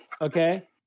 Okay